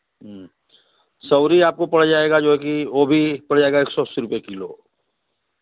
सौरी आपको पड़ जाएगा जो है कि वह भी एक पड़ जाएगा एक सौ अस्सी रुपये किलो